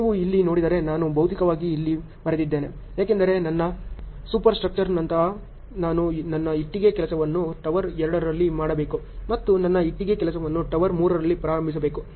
ನೀವು ಇಲ್ಲಿ ನೋಡಿದರೆ ನಾನು ಭೌತಿಕವಾಗಿ ಇಲ್ಲಿ ಬರೆದಿದ್ದೇನೆ ಏಕೆಂದರೆ ನನ್ನ ಸೂಪರ್ಸ್ಟ್ರಕ್ಚರ್ ನಂತರ ನಾನು ನನ್ನ ಇಟ್ಟಿಗೆ ಕೆಲಸವನ್ನು ಟವರ್ 2 ರಲ್ಲಿ ಮಾಡಬೇಕು ಮತ್ತು ನನ್ನ ಇಟ್ಟಿಗೆ ಕೆಲಸವನ್ನು ಟವರ್ 3 ರಲ್ಲಿ ಪ್ರಾರಂಭಿಸಬೇಕು